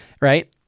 right